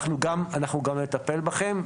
אנחנו גם נטפל בכם.